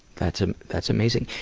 that's ah that's amazing.